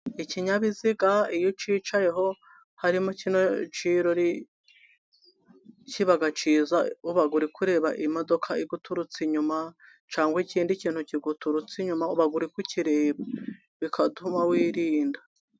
Ikinyabiziga iyo ucyicayeho harimo kino cyirori, kiba cyiza uba uri kureba imodoka iguturutse inyuma, cyangwa ikindi kintu kiguturutse inyuma, uba uri ku kireba bigatuma wirinda.